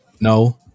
No